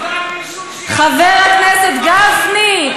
חבר הכנסת גפני,